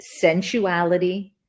sensuality